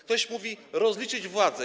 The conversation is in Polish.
Ktoś mówi: rozliczyć władzę.